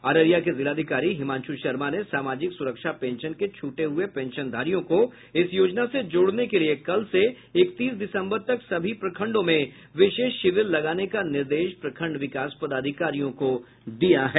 अररिया के जिलाधिकारी हिमांशु शर्मा ने सामाजिक सुरक्षा पेंशन के छूटे हुये पेंशनधारियों को इस योजना से जोड़ने के लिए कल से इकतीस दिसम्बर तक सभी प्रखंडों में विशेष शिविर लगाने का निर्देश प्रखंड विकास पदाधिकारियों को दिया है